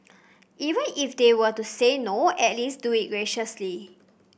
even if they were to say no at least do it graciously